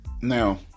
Now